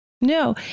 No